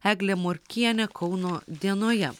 eglė morkienė kauno dienoje